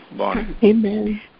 Amen